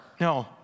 No